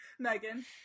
Megan